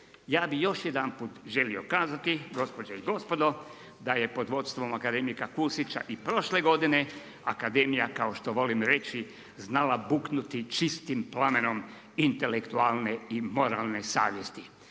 Ja bi još jedanput želio kazati, gospođe i gospodo, da je pod vodstvom akademika Kusića i prošle godine, akademija kao što volim reći, znala buknuti čistim plamenom intelektualne i moralne savjesti.